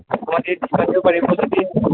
গুৱাহাটীত পাৰিব যদি